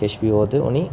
किश बी ते उ'नेंई